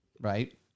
Right